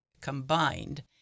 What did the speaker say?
combined